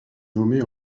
nommée